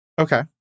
Okay